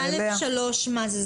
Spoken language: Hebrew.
(א3), מה זה?